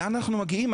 לאן אנחנו מגיעים?